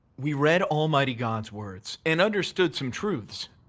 we read almighty god's words and understood some truths.